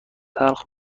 تلخ